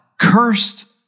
cursed